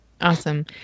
Awesome